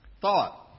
thought